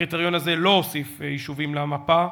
הקריטריון הזה לא הוסיף יישובים למפה.